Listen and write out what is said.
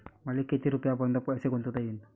मले किती रुपयापर्यंत पैसा गुंतवता येईन?